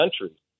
country